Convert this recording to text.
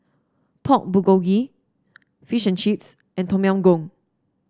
Pork Bulgogi Fish and Chips and Tom Yam Goong